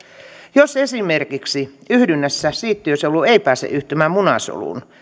jos esimerkiksi yhdynnässä siittiösolu ei pääse yhtymään munasoluun